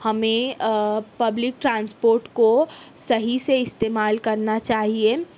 ہمیں public transport کو صحیح سے استعمال کرنا چاہیے